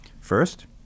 First